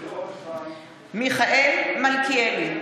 מיכאל מלכיאלי,